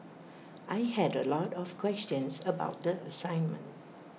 I had A lot of questions about the assignment